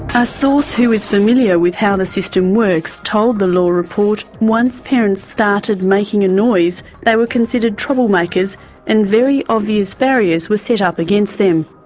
a source who is familiar with how the system works told the law report once parents started making a noise they were considered troublemakers and very obvious barriers were set up against them.